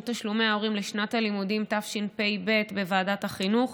תשלומי הורים לשנת הלימודים תשפ"ב בוועדת החינוך,